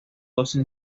dos